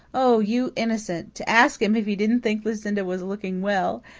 oh, you innocent! to ask him if he didn't think lucinda was looking well!